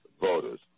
voters